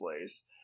place